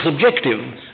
subjective